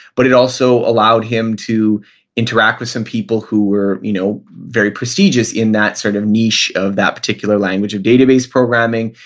but it also allowed him to interact with some people who were you know very prestigious in that sort of niche of that particular language of database programming.